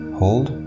hold